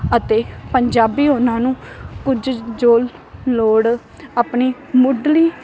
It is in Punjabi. ਅਤੇ ਪੰਜਾਬੀ ਉਹਨਾਂ ਨੂੰ ਕੁਝ ਜੋ ਲੋੜ ਆਪਣੀ ਮੁੱਢਲੀ